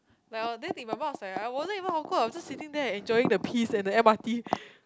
like orh then in my mind was like I wasn't even awkward I'm just sitting there and enjoying the peace and the M_R_T